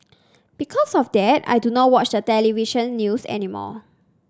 because of that I do not watch the television news anymore